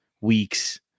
weeks